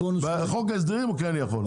בחוק ההסדרים הוא כן יכול.